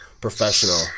professional